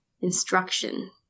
instruction